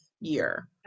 year